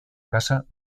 casa